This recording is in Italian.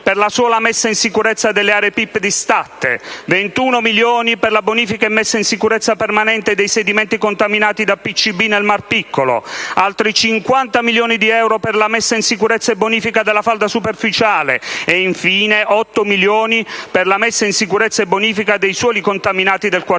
21 milioni per la bonifica e messa in sicurezza permanente dei sedimenti contaminati da PCB nel Mar Piccolo; altri 50 milioni di euro per la messa in sicurezza e bonifica della falda superficiale; infine, 8 milioni per la messa in sicurezza e bonifica dei suoli contaminati del quartiere